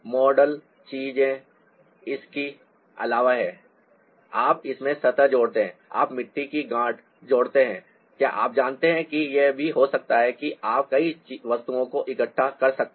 model चीजें इसके अलावा हैं आप इसमें सतह जोड़ते हैं आप मिट्टी की गांठ जोड़ते हैं या आप जानते हैं कि यह भी हो सकता है कि आप कई वस्तुओं को इकट्ठा कर सकते हैं